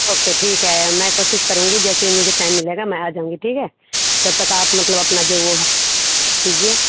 okay ठीक है मैं कोशिश करूँगी जैसे ही मुझे टाइम मिलेगा मैं आ जाऊँगी ठीक है तब तक आप मतलब अपना जो वह है कीजिए